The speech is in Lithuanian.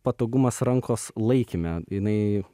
patogumas rankos laikyme jinai